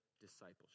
discipleship